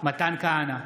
מתן כהנא,